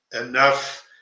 enough